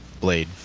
blade